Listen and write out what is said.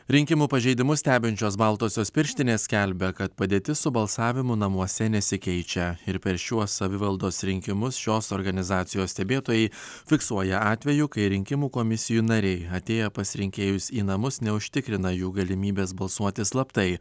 rinkimų pažeidimus stebinčios baltosios pirštinės skelbia kad padėtis su balsavimu namuose nesikeičia ir per šiuos savivaldos rinkimus šios organizacijos stebėtojai fiksuoja atvejų kai rinkimų komisijų nariai atėję pas rinkėjus į namus neužtikrina jų galimybės balsuoti slaptai